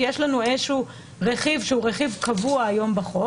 כי יש לנו איזה שהוא רכיב שהוא רכיב קבוע היום בחוק.